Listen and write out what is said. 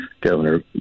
governor